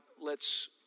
lets